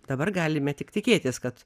dabar galime tik tikėtis kad